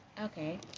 Okay